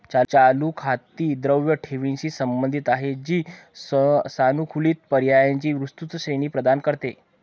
चालू खाती द्रव ठेवींशी संबंधित आहेत, जी सानुकूलित पर्यायांची विस्तृत श्रेणी प्रदान करते